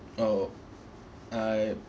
oh I